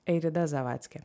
eirida zavadcki